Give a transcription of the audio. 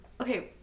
Okay